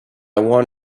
want